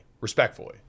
Respectfully